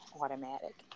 automatic